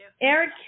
Eric